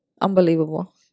Unbelievable